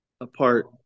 apart